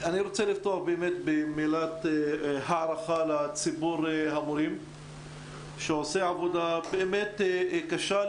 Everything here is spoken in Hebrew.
אני רוצה לפתוח במילת הערכה לציבור המורים שעושה עבודה באמת קשה,